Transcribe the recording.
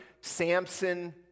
Samson